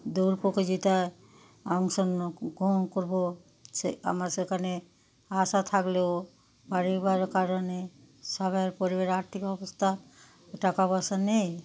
দৌড় প্রতিযোগিতায় অংশগ্রহণ করব সে আমার সেখানে আশা থাকলেও পরিবারের কারণে সবাইয়ের পরিবারে আর্থিক অবস্থা টাকা পয়সা নেই